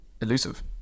elusive